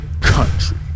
Country